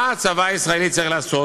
מה הצבא הישראלי צריך לעשות,